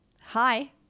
Hi